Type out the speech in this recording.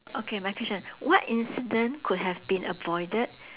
okay my question what incident could have been avoided